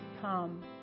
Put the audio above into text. come